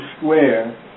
square